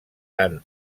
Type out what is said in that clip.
tant